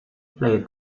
played